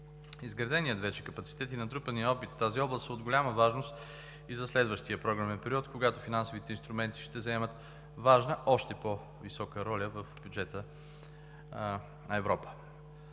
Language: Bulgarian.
Изграденият вече капацитет и натрупаният опит в тази област са от голяма важност и за следващия програмен период, когато финансовите инструменти ще заемат важна, още по-висока роля в бюджета на Европа.